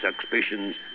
suspicions